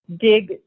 dig